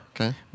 Okay